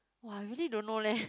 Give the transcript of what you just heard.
!wah! I really don't know leh